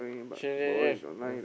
change change change